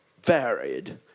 varied